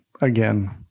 again